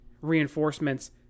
reinforcements